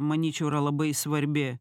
manyčiau yra labai svarbi